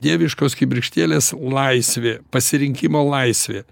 dieviškos kibirkštėlės laisvė pasirinkimo laisvė